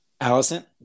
Allison